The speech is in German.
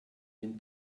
den